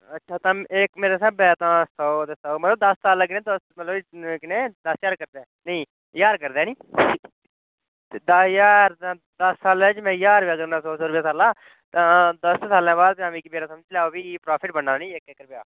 अच्छा तां इक मेरे स्हाबै तां सौ ते सौ मतलब दस साल लग्गने दस मतलब किन्ने दस ज्हार करदै नेईं ज्हार करदै हैनी दस ज्हार तां दस साले च मैं ज्हार रपेआ करना सौ सौ रपेआ सालै दा तां दस सालें बाद तां मिकी मेरा समझी लाओ फ्ही प्राफिट बनना नि इक इक रपेआ